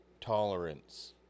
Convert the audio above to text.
tolerance